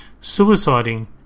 suiciding